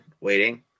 waiting